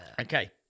Okay